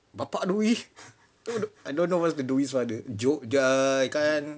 dapat duit I don't know dapat joke the ikan